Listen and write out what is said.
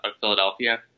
Philadelphia